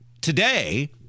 today